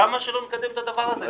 למה שלא נקדם את הדבר הזה?